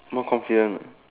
no confidence ah